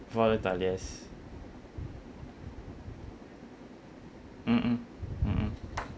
volatile yes mmhmm mmhmm